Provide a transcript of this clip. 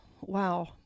Wow